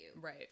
Right